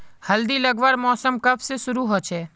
हल्दी लगवार मौसम कब से शुरू होचए?